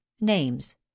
names